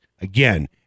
Again